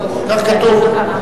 כך כתוב.